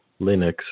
linux